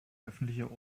öffentlicher